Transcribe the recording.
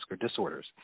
disorders